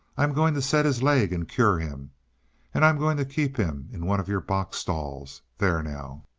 i'm going to set his leg and cure him and i'm going to keep him in one of your box stalls. there, now!